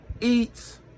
eats